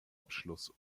abschluss